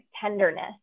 tenderness